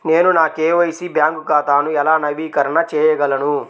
నేను నా KYC bank ఖాతాను ఎలా నవీకరణ చేయగలను?